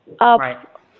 up